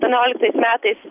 tonioliktais metais